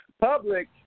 public